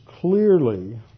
clearly